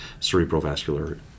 cerebrovascular